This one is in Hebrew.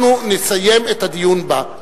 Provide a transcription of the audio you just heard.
אנחנו נסיים את הדיון בה.